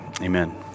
Amen